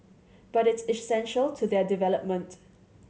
but it's essential to their development